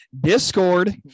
Discord